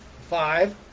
five